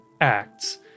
acts